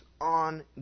on